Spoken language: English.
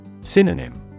Synonym